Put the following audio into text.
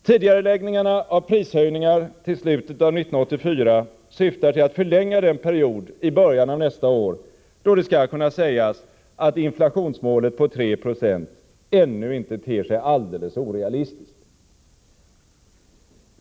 Tidigareläggningarna av prishöjningar till slutet av 1984 syftar till att förlänga den period i början av nästa år då det skall kunna sägas att inflationsmålet på 376 ännu inte ter sig alldeles orealistiskt.